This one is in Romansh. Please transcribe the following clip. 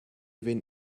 vegn